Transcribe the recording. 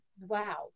Wow